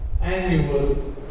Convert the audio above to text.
annual